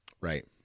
Right